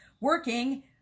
working